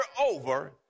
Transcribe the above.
over